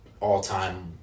all-time